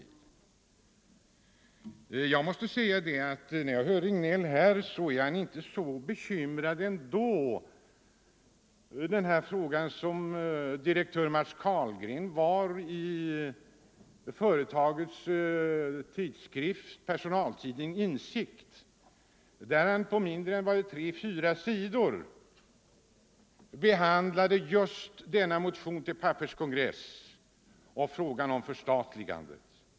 När jag hör herr Regnélls tal finner jag att han inte är så bekymrad över denna fråga som direktör Matts Carlgren i företagets personaltidskrift Insikt, där han på tre å fyra sidor behandlat denna motion till Pappers” kongress och frågan om förstatligande.